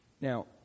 Now